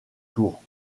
tours